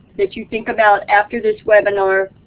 that you think about after this webinar,